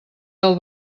del